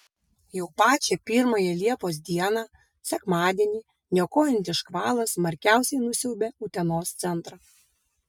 jau pačią pirmąją liepos dieną sekmadienį niokojantis škvalas smarkiausiai nusiaubė utenos centrą